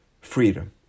freedom